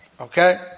okay